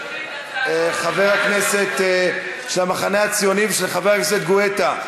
של המחנה הציוני ושל חבר הכנסת גואטה.